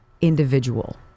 individual